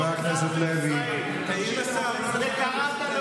חברת הכנסת ברביבאי, קריאה ראשונה.